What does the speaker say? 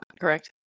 correct